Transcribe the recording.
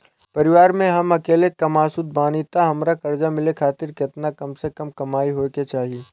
परिवार में हम अकेले कमासुत बानी त हमरा कर्जा मिले खातिर केतना कम से कम कमाई होए के चाही?